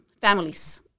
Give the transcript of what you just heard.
families